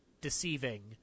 deceiving